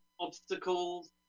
obstacles